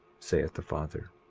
saith the father.